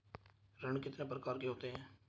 ऋण कितने प्रकार के होते हैं?